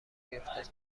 بیفتد